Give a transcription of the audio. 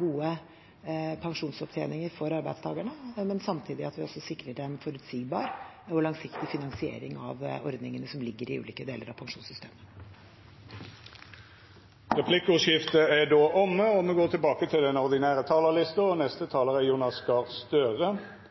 gode pensjonsopptjeninger for arbeidstakerne, men samtidig at vi også sikrer en forutsigbar og langsiktig finansiering av ordningene som ligger i ulike deler av pensjonssystemet. Replikkordskiftet er omme.